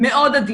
מאוד עדין,